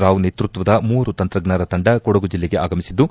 ರಾವ್ ನೇತೃತ್ವದ ಮೂವರು ತಂತ್ರಜ್ಞರ ತಂಡ ಕೊಡಗು ಜಿಲ್ಲೆಗೆ ಆಗಮಿಸಿದ್ದು